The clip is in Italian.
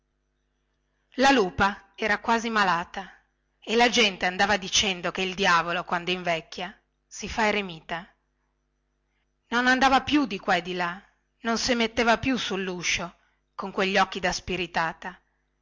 la lupa era quasi malata e la gente andava dicendo che il diavolo quando invecchia si fa eremita non andava più di qua e di là non si metteva più sulluscio con quegli occhi da spiritata